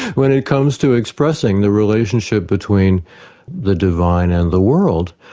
when it comes to expressing the relationship between the divine and the world.